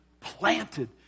planted